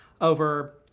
over